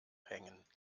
hängen